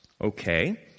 Okay